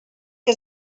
que